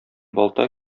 балта